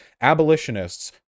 abolitionists